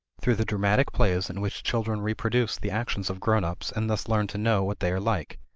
through the dramatic plays in which children reproduce the actions of grown-ups and thus learn to know what they are like.